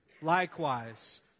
Likewise